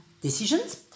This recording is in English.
decisions